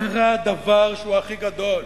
קרה דבר שהוא הכי גדול,